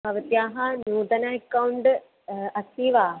भवत्याः नूतन अकौण्ड् अस्ति वा